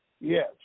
Yes